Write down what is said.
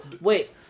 wait